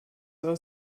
aus